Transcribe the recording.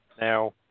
now